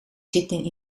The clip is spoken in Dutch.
zitting